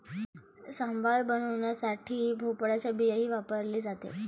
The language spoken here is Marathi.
सांबार बनवण्यासाठी भोपळ्याची बियाही वापरली जाते